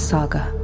Saga